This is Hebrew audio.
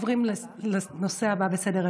אנחנו עוברים לנושא הבא בסדר-היום.